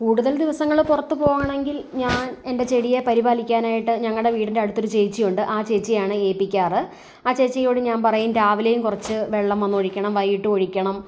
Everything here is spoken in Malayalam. കൂടുതൽ ദിവസങ്ങളിൽ പുറത്ത് പോകാണമെങ്കിൽ ഞാൻ എൻ്റെ ചെടിയെ പരിപാലിക്കാനായിട്ട് ഞങ്ങളുടെ വീടിൻ്റെ അടുത്ത് ഒരു ചേച്ചി ഉണ്ട് ആ ചേച്ചിയെയാണ് ഏൽപ്പിക്കാറ് ആ ചേച്ചിയോട് ഞാൻ പറയും രാവിലേം കുറച്ച് വെള്ളം വന്ന് ഒഴിയ്ക്കണം വൈകിട്ടും ഒഴിയ്ക്കണം